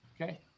Okay